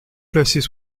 placés